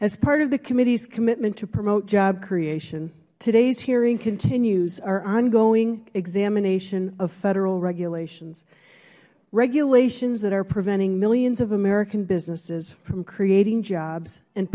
as part of the committee's commitment to promote job creation today's hearing continues our ongoing examination of federal regulations regulations that are preventing millions of american businesses from creating jobs and